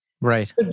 Right